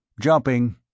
jumping